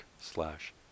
slash